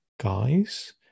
guys